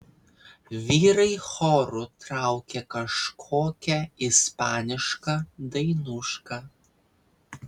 vyrai choru traukė kažkokią ispanišką dainušką